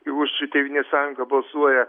ir už tėvynės sąjungą balsuoja